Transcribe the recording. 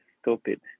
stupid